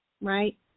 Right